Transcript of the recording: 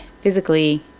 physically